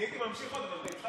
2.5 חברי כנסת היא קיבלה שר